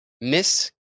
Miss